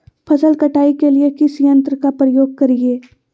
फसल कटाई के लिए किस यंत्र का प्रयोग करिये?